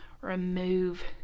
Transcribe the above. remove